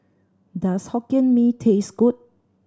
does Hokkien Mee taste good